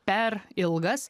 per ilgas